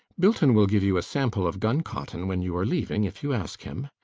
bilton will give you a sample of gun cotton when you are leaving if you ask him.